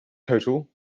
total